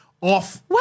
off